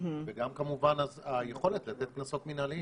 וגם כמובן היכולת לתת קנסות מנהליים.